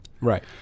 Right